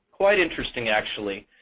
quite interesting actually.